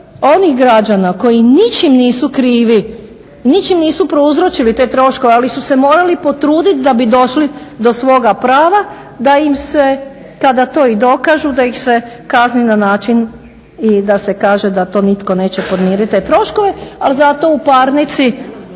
onih građana koji ničim nisu krivi, ničim nisu prouzročili te troškove ali su se morali potruditi da bi došli do svoga prava kada to i dokažu da ih se kazni na način i da kaže da to nitko neće podmiriti te troškove. Ali zato u parnici